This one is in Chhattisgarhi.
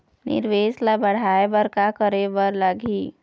निवेश ला बड़हाए बर का करे बर लगही?